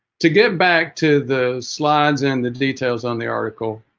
to get back to the slides and the details on the article